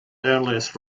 earliest